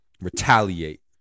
retaliate